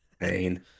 Pain